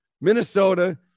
Minnesota